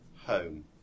home